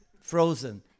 frozen